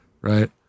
right